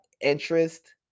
interest